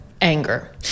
anger